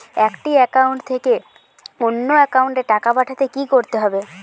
একটি একাউন্ট থেকে অন্য একাউন্টে টাকা পাঠাতে কি করতে হবে?